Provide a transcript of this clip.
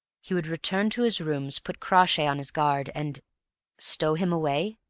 he would return to his rooms, put crawshay on his guard, and stow him away?